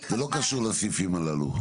חשמל --- זה לא קשור לסעיפים הללו.